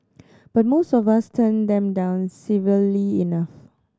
but most of us turn them down civilly enough